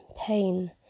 pain